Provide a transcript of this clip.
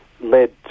led